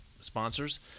sponsors